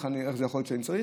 איך זה יכול להיות שאני צריך?